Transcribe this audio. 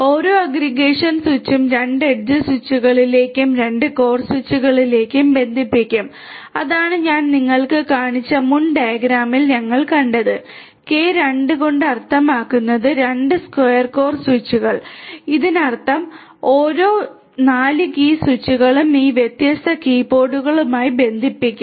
ഓരോ അഗ്രഗേഷൻ സ്വിച്ചും 2 എഡ്ജ് സ്വിച്ചുകളിലേക്കും 2 കോർ സ്വിച്ചുകളിലേക്കും ബന്ധിപ്പിക്കും അതാണ് ഞാൻ നിങ്ങൾക്ക് കാണിച്ച മുൻ ഡയഗ്രാമിൽ ഞങ്ങൾ കണ്ടത് കെ 2 കൊണ്ട് അർത്ഥമാക്കുന്നത് 2 സ്ക്വയർ കോർ സ്വിച്ചുകൾ ഇതിനർത്ഥം ഓരോ 4 കീ സ്വിച്ചുകളും ഈ വ്യത്യസ്ത കീ പോഡുകളുമായി ബന്ധിപ്പിക്കും